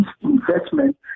investment